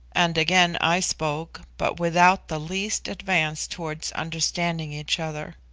and again i spoke, but without the least advance towards understanding each other.